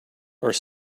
are